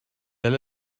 alla